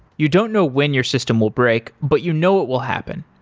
you don't know when your system will break, but you know it will happen.